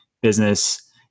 business